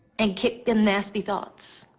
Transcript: and kick them nasty thoughts.